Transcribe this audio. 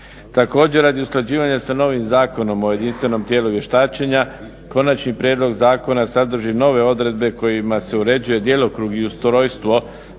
Također radi usklađivanja sa novim Zakonom o jedinstvenom tijelu vještačenja, konačni prijedlog zakona sadrži nove odredbe kojima se uređuje djelokrug i ustrojstvo